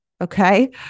okay